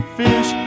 fish